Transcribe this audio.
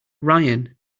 ryan